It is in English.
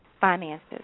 finances